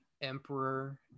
Emperor